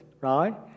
right